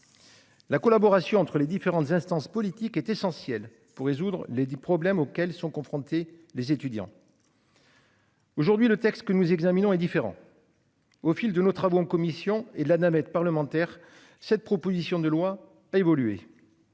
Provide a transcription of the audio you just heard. La collaboration entre les différentes instances politiques est essentielle pour résoudre les dit problèmes auxquels sont confrontés les étudiants. Aujourd'hui le texte que nous examinons est différent. Au fil de nos travaux en commission et de la navette parlementaire cette proposition de loi évoluer.